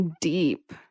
deep